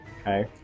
Okay